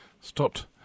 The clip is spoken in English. stopped